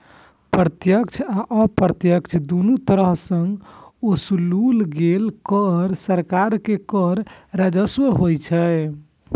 प्रत्यक्ष आ अप्रत्यक्ष, दुनू तरह सं ओसूलल गेल कर सरकार के कर राजस्व होइ छै